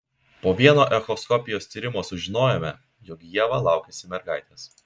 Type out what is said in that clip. po vieno echoskopijos tyrimo sužinojome jog ieva laukiasi mergaitės